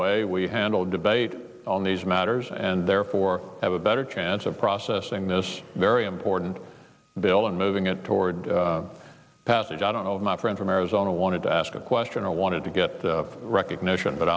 way we handle debate on these matters and therefore have a better chance of processing this very important bill and moving it toward passage out of my friend from arizona wanted to ask a question i wanted to get the recognition but